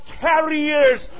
carriers